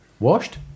Washed